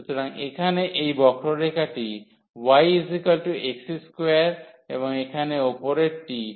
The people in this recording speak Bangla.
সুতরাং এখানে এই বক্ররেখটি yx2 এবং এখানে উপরেরটি yx